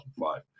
2005